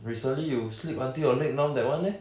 recently you sleep until your leg numb that one leh